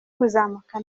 kuzamuka